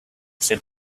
said